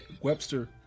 Webster